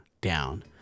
down